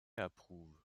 approuve